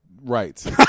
Right